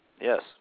Yes